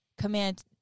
command